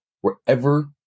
wherever